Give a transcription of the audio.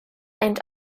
and